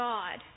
God